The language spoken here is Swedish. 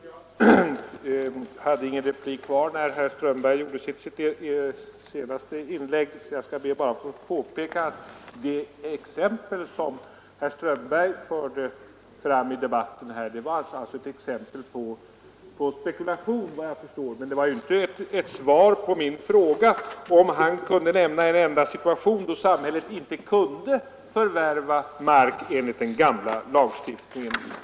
Herr talman! Jag hade ingen replik kvar när herr Strömberg i Botkyrka gjorde sitt senaste inlägg. Det exempel som herr Strömberg förde fram i debatten gällde såvitt jag förstår spekulation, men det var ju inte något svar på min fråga om han kunde nämna en enda situation då samhället inte kunnat förvärva mark enligt den gamla lagstiftningen.